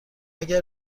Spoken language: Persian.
اگر